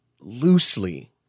loosely